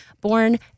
born